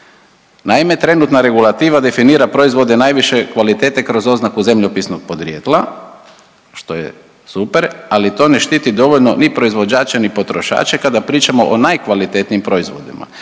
Naime, trenutna regulativa definira proizvode najviše kvalitete kroz oznaku zemljopisnog podrijetla što je super, ali to ne štiti dovoljno ni proizvođače, ni potrošače kada pričamo o najkvalitetnijim proizvodima.